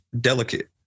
delicate